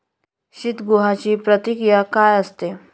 शीतगृहाची प्रक्रिया काय असते?